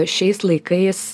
šiais laikais